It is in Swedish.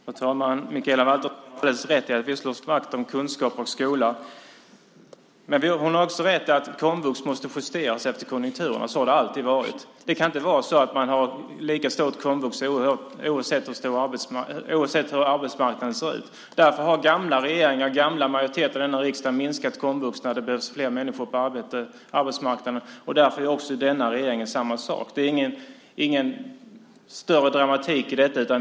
Fru talman! Mikaela Valtersson har rätt i att vi slår vakt om kunskap och skola. Hon har också rätt i att komvux måste justeras efter konjunkturen. Så har det alltid varit. Man kan inte ha lika stort komvux oavsett hur arbetsmarknaden ser ut. Därför har gamla regeringar och gamla majoriteter i denna riksdag minskat komvux när det behövs fler människor på arbetsmarknaden. Därför gör också denna regering så. Det är inte någon större dramatik i det.